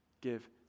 Give